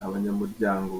abanyamuryango